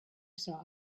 saw